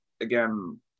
again